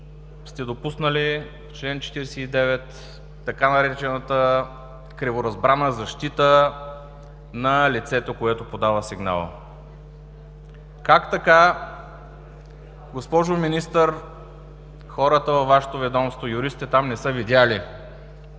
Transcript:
сте допуснали в чл. 49 така наречената „криворазбрана защита на лицето, което подава сигнала“? Как така, госпожо Министър, хората във Вашето ведомство, юристите там не са видели,